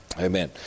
Amen